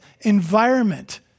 environment